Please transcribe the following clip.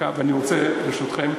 אני רוצה, ברשותכם,